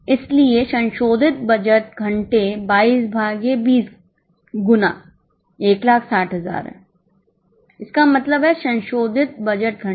इसलिए संशोधित बजट घंटे 22 भागे 20 गुना 160000 हैं इसका मतलब है संशोधित बजट घंटे